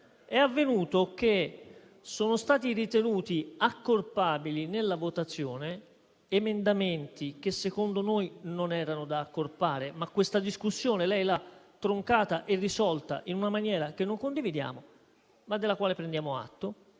concitazione. Sono stati ritenuti accorpabili nella votazione emendamenti che secondo noi non erano da accorpare; questa discussione lei l'ha troncata e risolta in una maniera che non condividiamo, ma della quale prendiamo atto.